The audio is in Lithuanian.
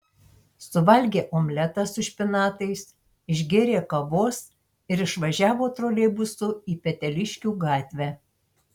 suvalgė omletą su špinatais išgėrė kavos ir išvažiavo troleibusu į peteliškių gatvę